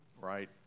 right